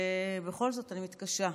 ובכל זאת אני מתקשה,